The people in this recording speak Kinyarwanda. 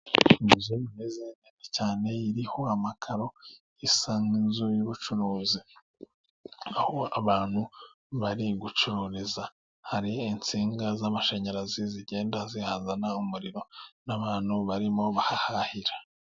Inzu nziza cyane iriho amakaro isa nk'inzu y'ubucuruzi aho abantu bari gucururiza, hari insinga z'amashanyarazi zigenda zihazana umuriro n'abantu barimo bahahahira.